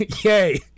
Yay